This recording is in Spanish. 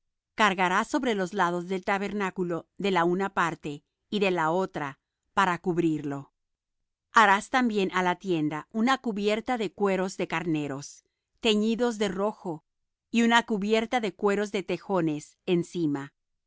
cargará sobre los lados del tabernáculo de la una parte y de la otra para cubrirlo harás también á la tienda una cubierta de cueros de carneros teñidos de rojo y una cubierta de cueros de tejones encima